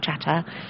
chatter